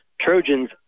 Trojans